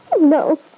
No